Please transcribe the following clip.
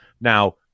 Now